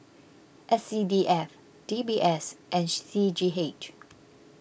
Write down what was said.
S C D F D B S and C G H